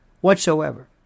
whatsoever